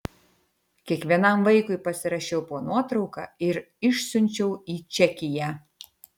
kiekvienam vaikui pasirašiau po nuotrauka ir išsiunčiau į čekiją